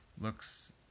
looks